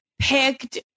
picked